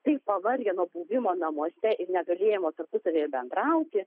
taip pavargę nuo buvimo namuose ir negalėjimo tarpusavyje bendrauti